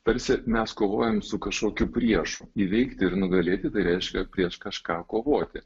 tarsi mes kovojam su kažkokiu priešų įveikti ir nugalėti tai reiškia prieš kažką kovoti